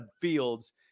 fields